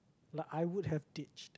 like I would have ditched